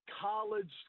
college